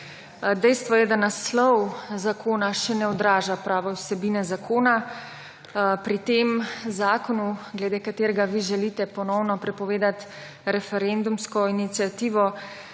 Dejstvo je, da naslov zakona še ne odraža prave vsebine zakona. Pri tem zakonu, glede katerega vi želite ponovno prepovedati referendumsko iniciativo,